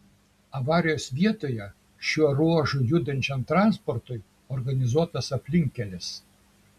avarijos vietoje šiuo ruožu judančiam transportui organizuotas aplinkkelis